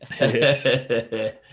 Yes